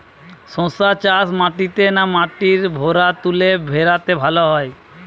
শশা চাষ মাটিতে না মাটির ভুরাতুলে ভেরাতে ভালো হয়?